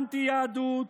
אנטי-יהדות,